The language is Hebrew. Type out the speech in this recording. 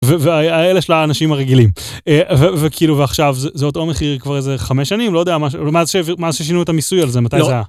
והאלה של האנשים הרגילים, וכאילו ועכשיו זה אותו מחיר כבר איזה חמש שנים, לא יודע, מאז ששינו את המיסוי על זה, מתי זה היה.